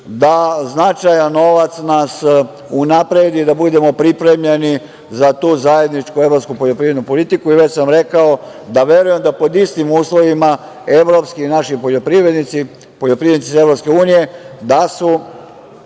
da značajan novac nas unapredi i da budemo pripremljeni za tu Zajedničku evropsku poljoprivrednu politiku i već sam rekao da verujem da pod istim uslovima evropski i naši poljoprivrednici, poljoprivrednici za EU da su